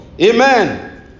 Amen